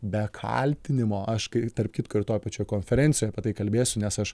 be kaltinimo aš kai tarp kitko ir toj pačioj konferencijoj apie tai kalbėsiu nes aš